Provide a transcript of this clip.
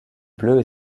bleues